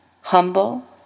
humble